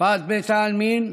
בשפת בית העלמין,